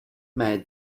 made